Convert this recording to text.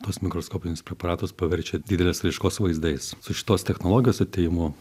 tuos mikroskopinius preparatus paverčia didelės raiškos vaizdais su šitos technologijos atėjimu